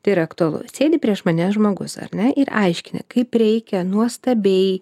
tai yra aktualu sėdi prieš mane žmogus ar ne ir aiškini kaip reikia nuostabiai